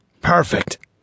perfect